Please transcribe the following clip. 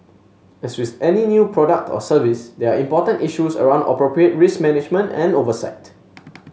as with any new product or service there are important issues around appropriate risk management and oversight